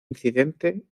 incidente